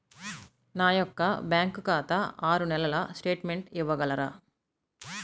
నా యొక్క బ్యాంకు ఖాతా ఆరు నెలల స్టేట్మెంట్ ఇవ్వగలరా?